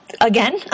again